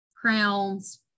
crowns